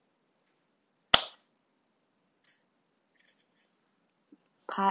part